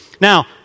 Now